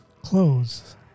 clothes